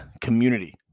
community